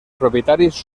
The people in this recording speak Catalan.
propietaris